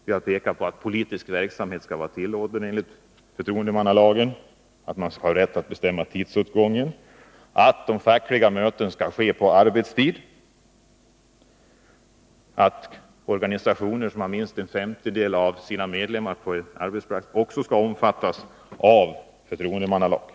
Vi har understrukit att politisk verksamhet skall vara tillåten enligt förtroendemannalagen, att man skall ha rätt att bestämma tidsåtgången, att fackliga möten skall kunna hållas på arbetstid och att organisationer som har minst en femtedel av sina medlemmar på en arbetsplats också skall omfattas av förtroendemannalagen.